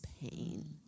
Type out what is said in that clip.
pain